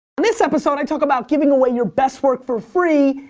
in this episode, i talk about giving away your best work for free,